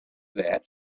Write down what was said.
that